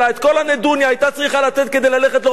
את כל הנדוניה היתה צריכה לתת כדי ללכת לרופא.